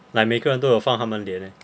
like 每个人都有放他们的脸 meh